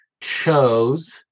Chose